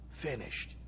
Finished